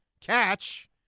catch